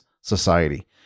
society